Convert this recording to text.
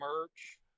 merch